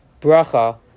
bracha